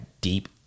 deep